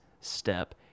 step